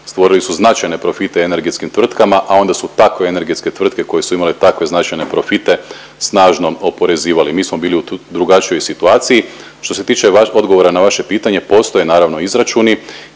Stvorili su značajne profite energetskim tvrtkama, a onda su tako energetske tvrtke koje su imale takve značajne profite snažno oporezivali. Mi smo bili u drugačijoj situaciji. Što se tiče odgovora na vaše pitanje, postoje naravno izračuni